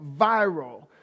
viral